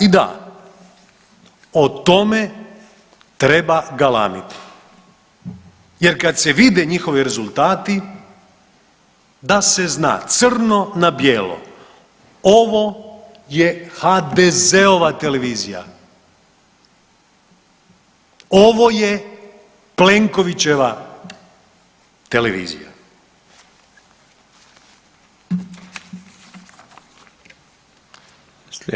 I da, o tome treba galamiti jer kada se vide njihovi rezultati da se zna, crno na bijelo ovo je HDZ-ova televizija, ovo je Plenkovićeva televizija.